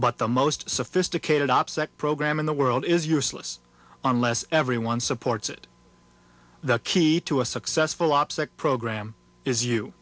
but the most sophisticated opsec program in the world is useless unless everyone supports it the key to a successful opsec program is you